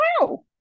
wow